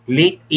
late